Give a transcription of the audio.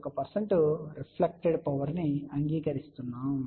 1 reflected power ను అంగీకరిస్తున్నాము